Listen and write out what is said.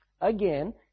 again